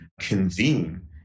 convene